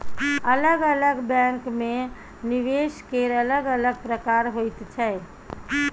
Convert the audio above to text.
अलग अलग बैंकमे निवेश केर अलग अलग प्रकार होइत छै